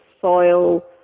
soil